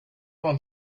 want